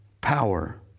power